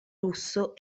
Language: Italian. russo